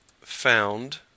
found